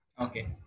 Okay